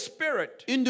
Spirit